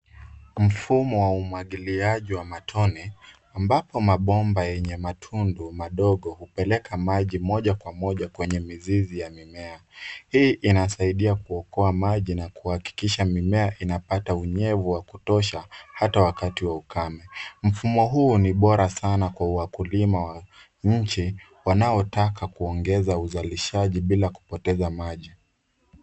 Mfumo wa umwagiliaji wa matone ambapo mabomba yenye matundu madogo hupeleka maji moja kwa moja kwenye mizizi ya mimea. Hii inasaidia kuokoa maji na Kuhakikisha mimea inapata unyevu wa kutosha hata wakati wa ukame. Mfumo huu ni bora sana kwa wakulima wa nchi wanaotaka kuongeza uzalishaji bila kupoteza maji.